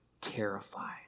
terrified